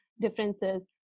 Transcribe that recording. differences